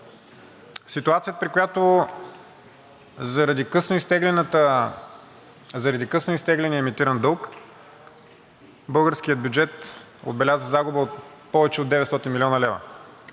Ситуация, при която заради късно изтегления емитиран дълг българският бюджет отбеляза загуба повече от 900 млн. лв.